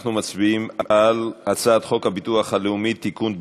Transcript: אנחנו מצביעים על הצעת חוק הביטוח הלאומי (תיקון,